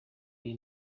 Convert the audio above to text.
iyi